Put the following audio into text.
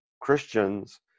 Christians